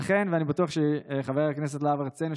לכן אני בטוח שחבר הכנסת להב הרצנו,